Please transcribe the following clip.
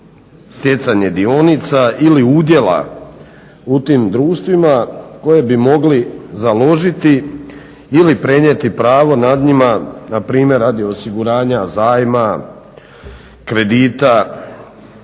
stjecanje dionica ili udjela u tim društvima koji bi mogli založiti ili prenijeti pravo nad njima npr. radi osiguranja zajma, kredita.